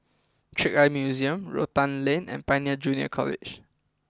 Trick Eye Museum Rotan Lane and Pioneer Junior College